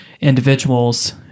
individuals